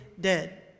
dead